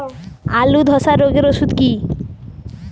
আলুর ধসা রোগের ওষুধ কি?